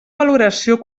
valoració